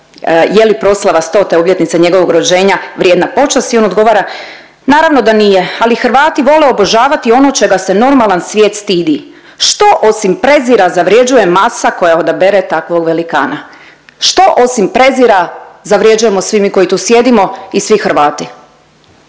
je li proslava 100-te obljetnice njegovog rođenja vrijedna počasti i on odgovara naravno da nije ali Hrvati vole obožavati ono čega se normalan svijet stidi. Što osim prezira zavrjeđuje masa koja odabere takvog velikana. Što osim prezira zavrjeđujemo svi mi koji tu sjedimo i svi Hrvati?